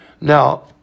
Now